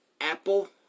apple